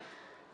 כן.